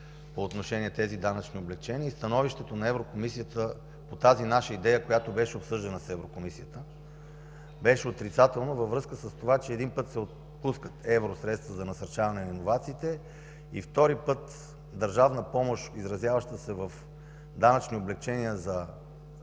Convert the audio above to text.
по отношение на тези данъчни облекчения. Становището на Европейската комисия по тази наша идея, която беше обсъждана в Комисията, беше отрицателно във връзка с това, че, един път, се отпускат евросредства за насърчаване на иновациите и, втори път, държавна помощ, изразяваща се в данъчни облекчения за